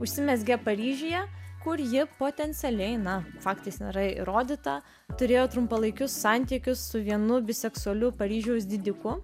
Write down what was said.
užsimezgė paryžiuje kur ji potencialiai na faktais nėra įrodyta turėjo trumpalaikius santykius su vienu biseksualiu paryžiaus didiku